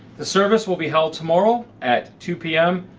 the service will be held tomorrow at two p m.